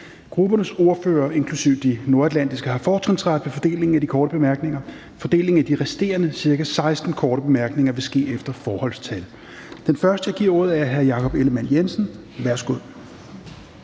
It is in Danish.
Gruppernes ordførere, inklusive de nordatlantiske, har fortrinsret ved fordelingen af de korte bemærkninger. Fordelingen af de resterende ca. 16 korte bemærkninger vil ske efter forholdstal. Den første, jeg giver ordet, er hr. Jakob Ellemann-Jensen. Værsgo.